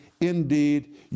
indeed